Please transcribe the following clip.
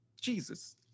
Jesus